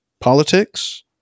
politics